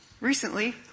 recently